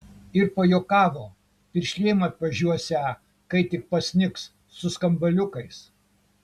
ir pajuokavo piršlėm atvažiuosią kai tik pasnigs su skambaliukais